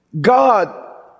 God